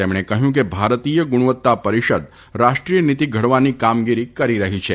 તેમણે કહ્યું કે ભારતીય ગુણવત્તા પરિષદ રાષ્ટ્રીય નિતી ધડવાની કામગીરી કરી રહી છે